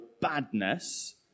badness